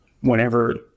Whenever